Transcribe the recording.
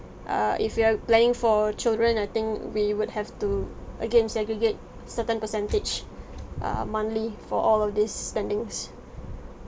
err if you are planning for children I think we would have to again segregate certain percentage err monthly for all of this spendings